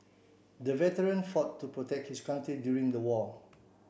the veteran fought to protect his country during the war